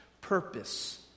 purpose